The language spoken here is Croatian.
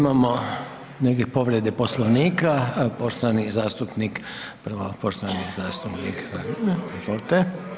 Imamo negdje povrede Poslovnika, poštovani zastupnik, prvo poštovani zastupnik, izvolite.